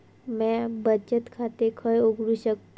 म्या बचत खाते खय उघडू शकतय?